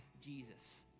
Jesus